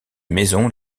maisons